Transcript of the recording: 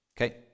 okay